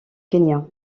kenya